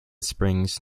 springs